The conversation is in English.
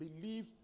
believe